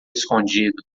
escondido